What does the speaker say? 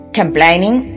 complaining